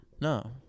No